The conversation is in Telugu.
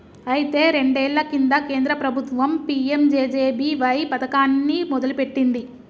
అయితే రెండేళ్ల కింద కేంద్ర ప్రభుత్వం పీ.ఎం.జే.జే.బి.వై పథకాన్ని మొదలుపెట్టింది